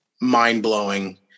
Mind-blowing